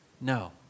No